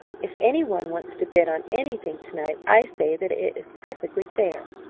if any one wants to bid on anything to-night i say that it is perfectly fair.